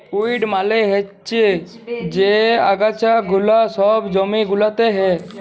weed মালে হচ্যে যে আগাছা গুলা সব জমি গুলাতে হ্যয়